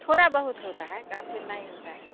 थोड़ा बहुत होता है काफ़ी नहीं होता है